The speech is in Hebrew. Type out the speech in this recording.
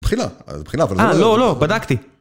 בחילה. אה, זה בחילה. אה, לא, לא, בדקתי.